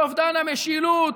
באובדן המשילות,